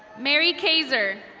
mary kayzer.